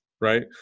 right